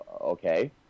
Okay